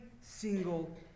single